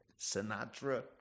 sinatra